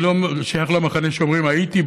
אני לא שייך למחנה שאומרים "הייתי,